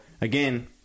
again